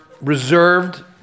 reserved